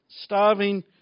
starving